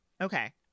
Okay